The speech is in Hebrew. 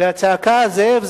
והצעקה "זאב,